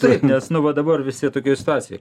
taip nes nu va dabar visi tokioj situacijoj